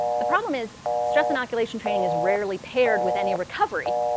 the problem is stress inoculation training is rarely paired with any recovery,